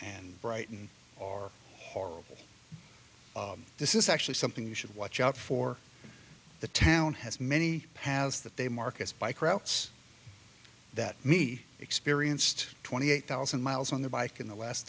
and brighton are horrible this is actually something you should watch out for the town has many paths that they markets bike routes that me experienced twenty eight thousand miles on the bike in the last